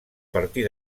partir